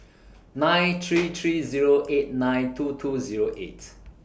nine three three Zero eight nine two two Zero eight